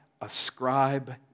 ascribe